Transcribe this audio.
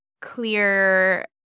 clear